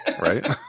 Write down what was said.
right